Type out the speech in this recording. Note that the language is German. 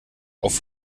auf